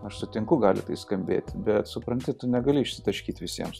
aš sutinku gali skambėti bet supranti tu negali išsitaškyt visiems